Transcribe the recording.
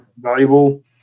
Valuable